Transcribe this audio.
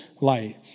light